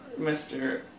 Mr